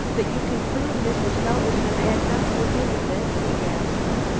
that you can prove mrs. felderson ad nothing to do with it? he gasped.